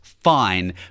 Fine